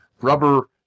rubber